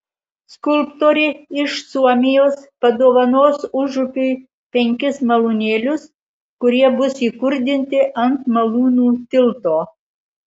skulptorė iš suomijos padovanos užupiui penkis malūnėlius kurie bus įkurdinti ant malūnų tilto